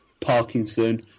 Parkinson